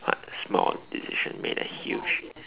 what small decision make a huge